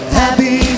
happy